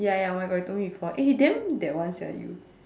ya ya oh my god you told me before eh you damn that one sia you